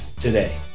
today